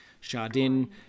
Chardin